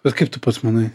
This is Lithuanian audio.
bet kaip tu pats manai